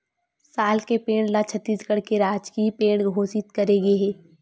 साल के पेड़ ल छत्तीसगढ़ के राजकीय पेड़ घोसित करे गे हे